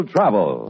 Travel